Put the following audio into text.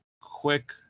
quick